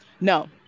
no